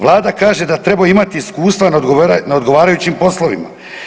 Vlada kaže da trebaju imati iskustva na odgovarajućim poslovima.